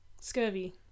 Scurvy